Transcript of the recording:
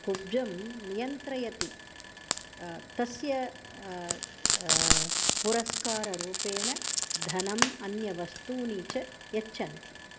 कुब्जं नियन्त्रयति तस्य पुरस्काररूपेण धनम् अन्यवस्तूनि च यच्छन्ति